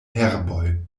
herboj